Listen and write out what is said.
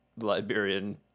Liberian